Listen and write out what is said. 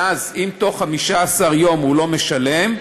ואז, אם בתוך 15 יום הוא לא משלם,